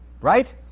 Right